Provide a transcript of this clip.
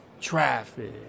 traffic